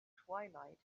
twilight